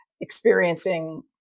experiencing